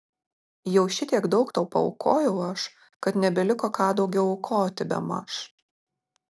jau šitiek daug tau paaukojau aš kad nebeliko ką daugiau aukoti bemaž